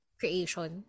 creation